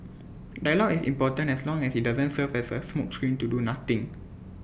dialogue is important as long as IT doesn't serve as A smokescreen to do nothing